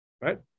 Right